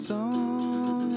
Song